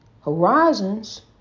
Horizons